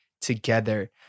together